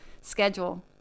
schedule